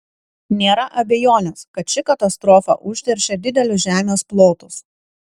nėra abejonės kad ši katastrofa užteršė didelius žemės plotus